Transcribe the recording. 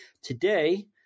today